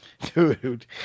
Dude